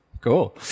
cool